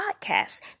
podcasts